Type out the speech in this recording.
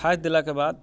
खाद देलाके बाद